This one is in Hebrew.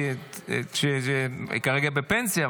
היא כרגע בפנסיה,